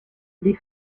les